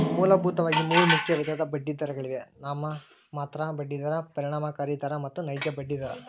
ಮೂಲಭೂತವಾಗಿ ಮೂರು ಮುಖ್ಯ ವಿಧದ ಬಡ್ಡಿದರಗಳಿವೆ ನಾಮಮಾತ್ರ ಬಡ್ಡಿ ದರ, ಪರಿಣಾಮಕಾರಿ ದರ ಮತ್ತು ನೈಜ ಬಡ್ಡಿ ದರ